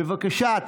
בבקשה שקט.